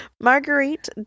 Marguerite